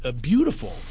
beautiful